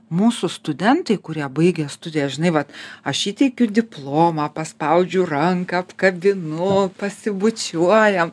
mūsų studentai kurie baigę studijas žinai vat aš įteikiu diplomą paspaudžiu ranką apkabinu pasibučiuojam